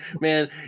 man